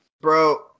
Bro